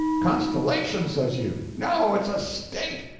constellation, says you? no it's a state.